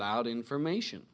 loud information